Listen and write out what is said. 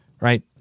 right